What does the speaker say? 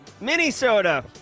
Minnesota